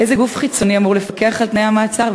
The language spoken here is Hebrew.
איזה גוף חיצוני אמור לפקח על תנאי המעצר?